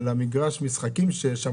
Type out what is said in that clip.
למגרש המגרשים שיש שם,